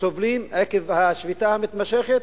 סובלים עקב השביתה המתמשכת,